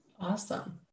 Awesome